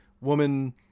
woman